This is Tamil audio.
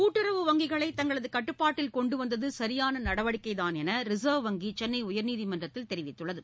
கூட்டுறவு வங்கிகளை தங்களது கட்டுப்பாட்டில் கொண்டுவந்தது சரியான நடவடிக்கைதான் என ரிசர்வ் வங்கி சென்னை உயர்நீதிமன்றத்தில் தெரிவித்துள்ளது